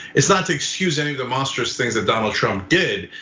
it's not to excuse any of the monstrous things that donald trump did,